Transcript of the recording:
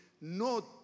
no